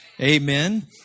Amen